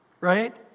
right